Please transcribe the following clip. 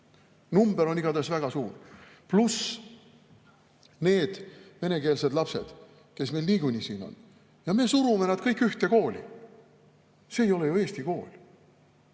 Number on igatahes väga suur. Pluss need venekeelsed lapsed, kes meil niikuinii siin on. Ja me surume nad kõik ühte kooli. See ei ole ju eesti kool.